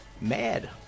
Mad